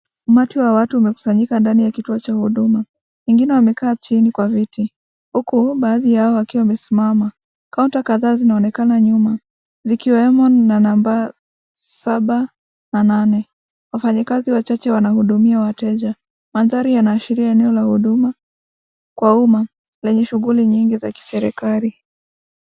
Umati wa watu umekusanyika ndani ya kituo cha huduma. Wengine wamekaa chini kwa viti huku, baadhi yao wakiwa wamesimama. Kaunta kadhaa zinaonekana nyuma, zikiwemo na namba saba na nane. Wafanyakazi wachache wanahudumia wateja. Mandhari yanaashiria eneo la huduma kwa umma lenye shughuli nyingi za kiserikali.